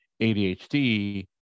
ADHD